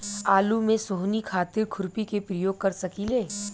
आलू में सोहनी खातिर खुरपी के प्रयोग कर सकीले?